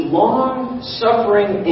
long-suffering